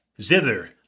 zither